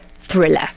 thriller